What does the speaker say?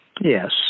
Yes